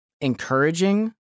encouraging